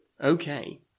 Okay